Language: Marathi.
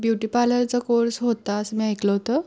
ब्युटी पार्लरचा कोर्स होता असं मी ऐकलं होतं